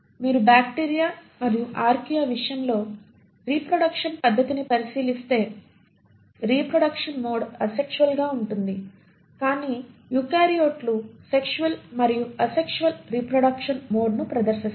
మీరు బ్యాక్టీరియా మరియు ఆర్కియా విషయంలో రీప్రొడెక్షన్ పద్ధతిని పరిశీలిస్తే రీప్రొడెక్షన్ మోడ్ అసెక్షువల్ గా ఉంటుంది కానీ యూకారియోట్లు సెక్షువల్ మరియు అసెక్షువల్ రీప్రొడెక్షన్ మోడ్ను ప్రదర్శిస్తాయి